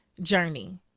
journey